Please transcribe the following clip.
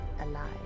alive